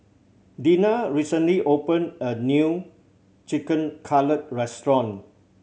Dina recently opened a new Chicken Cutlet Restaurant